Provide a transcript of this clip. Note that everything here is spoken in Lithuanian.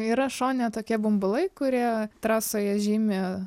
yra šone tokie bumbulai kurie trasoje žymi